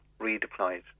redeployed